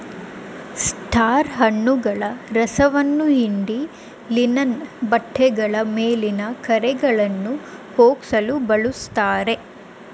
star ಹಣ್ಣುಗಳ ರಸವನ್ನ ಹಿಂಡಿ ಲಿನನ್ ಬಟ್ಟೆಗಳ ಮೇಲಿನ ಕರೆಗಳನ್ನಾ ಹೋಗ್ಸಲು ಬಳುಸ್ತಾರೆ